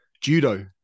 judo